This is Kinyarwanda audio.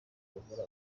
uhora